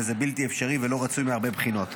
וזה בלתי אפשרי ולא רצוי מהרבה בחינות.